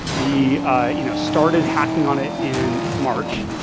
we ah you know started hacking on it in march,